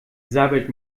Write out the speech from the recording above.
sabbelt